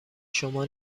شما